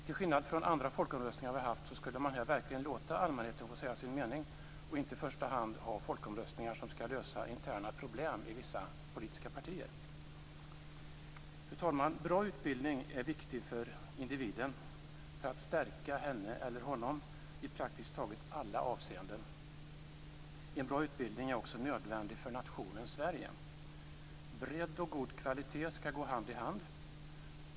Till skillnad från andra folkomröstningar vi haft skulle vi här verkligen låta allmänheten säga sin mening och inte i första hand ha folkomröstningar som ska lösa interna problem i vissa politiska partier. Fru talman! Bra utbildning är viktig för individen för att stärka henne eller honom i praktiskt taget alla avseenden. En bra utbildning är också nödvändig för nationen Sverige. Bredd och god kvalitet ska gå hand i hand.